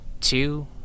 two